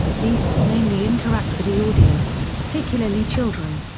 beasts mainly interact with the audience, particularly children.